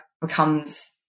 becomes